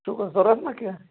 شُکُر ضروٗرت ما کیٚنٛہہ